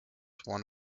one